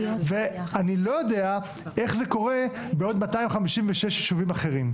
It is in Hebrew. ואני לא יודע איך זה קורה בעוד 256 יישובים אחרים.